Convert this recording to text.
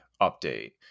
update